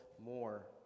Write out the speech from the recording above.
more